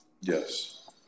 yes